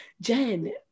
Jen